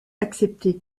accepté